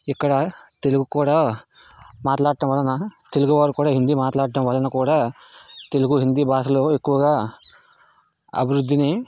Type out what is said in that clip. ఇక్కడ తెలుగు కూడా మాట్లాడటం వలన తెలుగు వారు కూడా హిందీ మాట్లాడటం వలన కూడా తెలుగు హిందీ భాషలు ఎక్కువగా అభివృద్ధిని